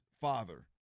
father